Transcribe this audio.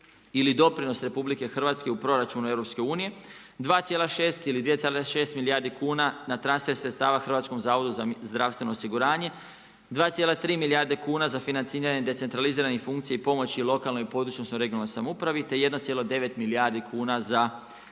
ili doprinos RH u proračun EU, 2,6 milijardi kuna na transfer sredstava HZZO-u, 2,3 milijarde kuna za financiranje decentraliziranih funkcija i pomoći lokalnoj i područnoj odnosno regionalnoj samoupravi te 1,9 milijardi kuna za